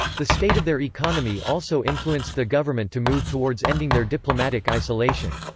the state of their economy also influenced the government to move towards ending their diplomatic isolation.